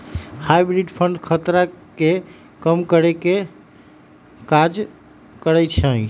hybrid fund खतरा के कम करेके काज करइ छइ